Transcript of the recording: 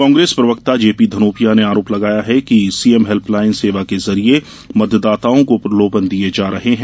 कांग्रेस प्रवक्ता जेपीधनोपिया ने आरोप लगाया है कि सीएम हेल्पलाइन सेवा के जरिए मतदाताओं को प्रलोभन दिये जा रहे हैं